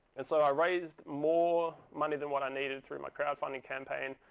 and so i raised more money than what i needed through my crowdfunding campaign.